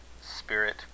Spirit